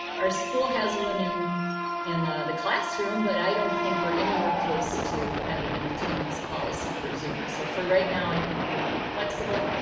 our school has one in in the classroom but i don't think we're anywhere close to having an attendance policy for zoom. so for right now i think we need to be flexible.